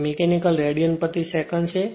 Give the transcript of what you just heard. જે mechanical radian પ્રતિ second છે